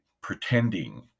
pretending